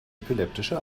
epileptische